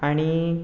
आनी